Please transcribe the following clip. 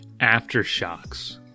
Aftershocks